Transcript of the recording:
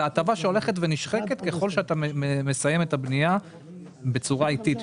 זו הטבה שהולכת ונשחקת ככל שאתה מסיים את הבנייה בצורה איטית.